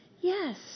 Yes